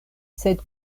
sed